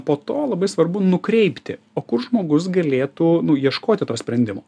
po to labai svarbu nukreipti o kur žmogus galėtų nu ieškoti to sprendimo